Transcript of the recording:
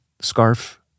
scarf